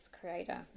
creator